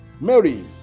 Mary